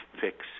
fix